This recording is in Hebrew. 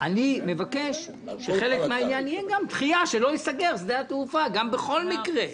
אני מבקש שחלק מהעניין יהיה גם דחיית סגירת שדה התעופה בכל מקרה.